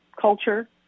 culture